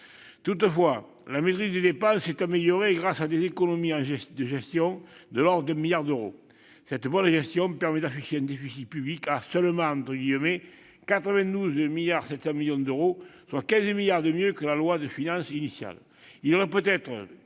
Toutefois, la maîtrise des dépenses s'est améliorée, grâce à des économies de gestion de l'ordre de 1 milliard d'euros. Cette bonne gestion permet d'afficher un déficit public à seulement, si je puis dire, 92,7 milliards d'euros, soit 15 milliards de mieux que dans la loi de finances initiale.